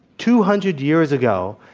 two hundred years ago,